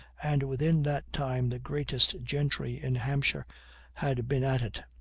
and within that time the greatest gentry in hampshire had been at it